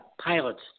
pilot's